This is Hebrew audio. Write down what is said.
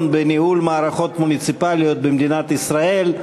בניהול מערכות מוניציפליות במדינת ישראל.